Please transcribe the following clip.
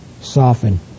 soften